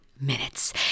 minutes